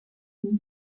une